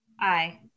Aye